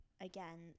again